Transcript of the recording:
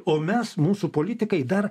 o mes mūsų politikai dar